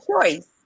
choice